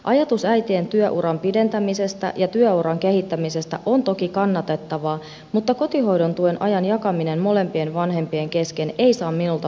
ajatus äitien työuran pidentämisestä ja työuran kehittämisestä on toki kannatettava mutta kotihoidon tuen ajan jakaminen molempien vanhempien kesken ei saa minulta varauksetonta tukea